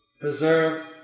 preserve